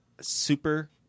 Super